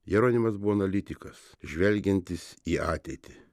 jeronimas buvo analitikas žvelgiantis į ateitį